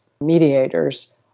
mediators